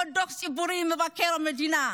עוד דוח ציבורי, מבקר המדינה.